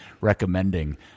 recommending